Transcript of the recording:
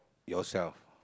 yourself